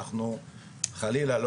חלילה.